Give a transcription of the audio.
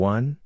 One